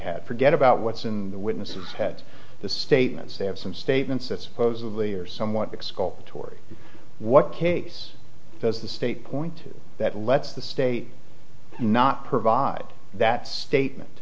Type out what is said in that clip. have forget about what's in the witnesses had the statements they have some statements that supposedly are somewhat exculpatory what case does the state point to that lets the state not provide that statement